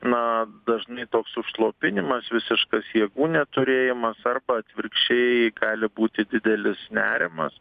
na dažnai toks užslopinimas visiškas jėgų neturėjimas arba atvirkščiai gali būti didelis nerimas